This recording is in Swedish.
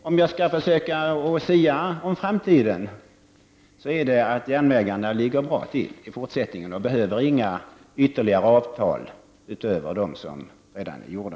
Om jag skulle försöka sia om framtiden skulle jag säga att järnvägarna ligger bra till i fortsättningen och att de inte behöver några ytterligare avtal utöver dem som redan är slutna.